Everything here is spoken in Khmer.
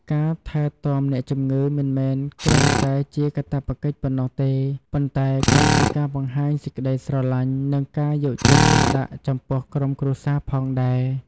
ការថែទាំអ្នកជម្ងឺមិនមែនគ្រាន់តែជាកាតព្វកិច្ចប៉ុណ្ណោះទេ ប៉ុន្តែក៏ជាការបង្ហាញសេចក្ដីស្រឡាញ់ និងការយកចិត្តទុកដាក់ចំពោះក្រុមគ្រួសារផងដែរ។